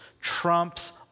trumps